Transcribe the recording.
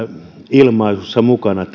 ilmaisussa mukana